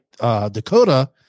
Dakota